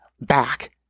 back